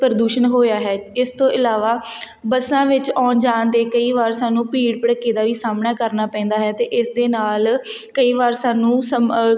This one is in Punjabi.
ਪ੍ਰਦੂਸ਼ਣ ਹੋਇਆ ਹੈ ਇਸ ਤੋਂ ਇਲਾਵਾ ਬੱਸਾਂ ਵਿੱਚ ਆਉਣ ਜਾਣ ਦੇ ਕਈ ਵਾਰ ਸਾਨੂੰ ਭੀੜ ਭੜੱਕੇ ਦਾ ਵੀ ਸਾਹਮਣਾ ਕਰਨਾ ਪੈਂਦਾ ਹੈ ਅਤੇ ਇਸ ਦੇ ਨਾਲ ਕਈ ਵਾਰ ਸਾਨੂੰ ਸਮ